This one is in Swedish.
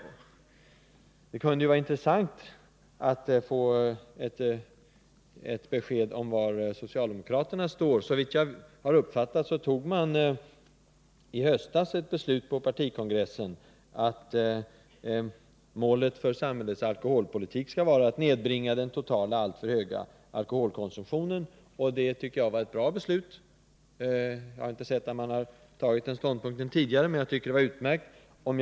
Men det kunde vara bra att få ett besked om var socialdemokraterna står i den här frågan. Såvitt jag vet fattade man ett beslut på partikongressen i höstas som innebar att målet för samhällets alkoholpolitik skall vara att nedbringa den totala, alltför höga alkoholkonsumtionen. Det tycker jag var ett bra beslut — jag har visserligen inte märkt att socialdemokraterna intagit den ståndpunkten tidigare, men jag tycker det är utmärkt att man nu har gjort det.